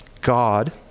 God